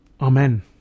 Amen